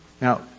Now